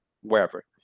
wherever